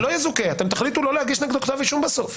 אתם תחליטו לא להגיש נגדו כתב אישום בסוף.